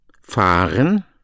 fahren